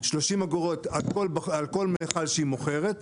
30 אגורות על כל מכל שהיא מוכרת,